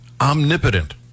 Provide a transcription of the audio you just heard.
omnipotent